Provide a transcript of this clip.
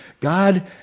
God